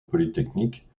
polytechnique